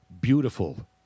beautiful